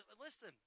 Listen